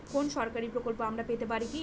কোন সরকারি প্রকল্প আমরা পেতে পারি কি?